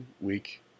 week